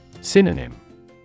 Synonym